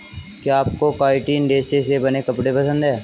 क्या आपको काइटिन रेशे से बने कपड़े पसंद है